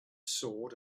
sword